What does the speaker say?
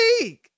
league